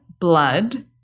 blood